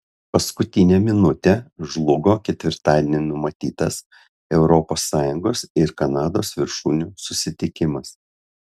paskutinę minutę žlugo ketvirtadienį numatytas europos sąjungos ir kanados viršūnių susitikimas